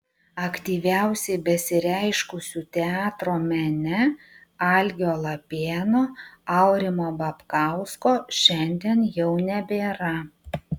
aktyviausiai besireiškusių teatro mene algio lapėno aurimo babkausko šiandien jau nebėra